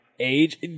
Age